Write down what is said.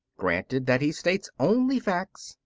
granted that he states only facts,